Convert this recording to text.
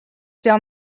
down